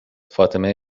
فاطمه